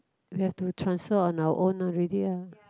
we have to transfer on our own already lah